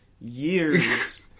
years